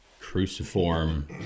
cruciform